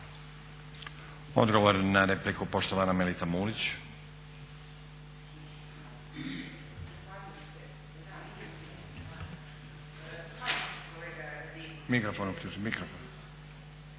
Odgovor na repliku, poštovana Melita Mulić. **Mulić,